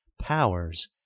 powers